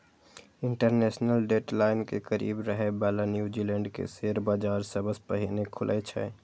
international date line के करीब रहै बला न्यूजीलैंड के शेयर बाजार सबसं पहिने खुलै छै